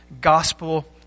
gospel